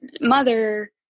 mother